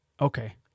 Okay